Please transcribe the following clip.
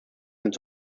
sind